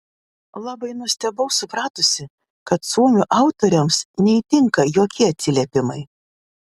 labai nustebau supratusi kad suomių autoriams neįtinka jokie atsiliepimai